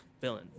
villain